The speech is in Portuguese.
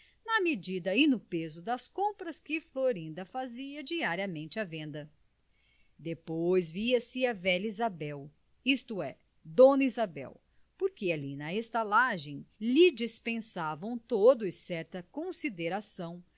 na medida e no peso das compras que florinda fazia diariamente à venda depois via-se a velha isabel isto é dona isabel porque ali na estalagem lhes dispensavam todos certa consideração